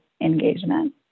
engagement